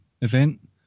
event